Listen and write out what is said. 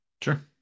Sure